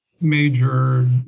major